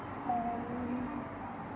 um